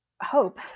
hope